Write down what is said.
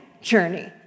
journey